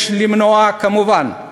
יש למנוע, כמובן,